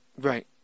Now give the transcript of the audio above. Right